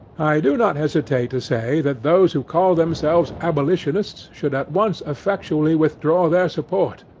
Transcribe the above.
i do not hesitate to say, that those who call themselves abolitionists should at once effectually withdraw their support,